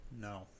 No